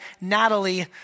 Natalie